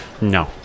No